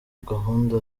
gahunda